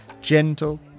gentle